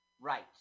Right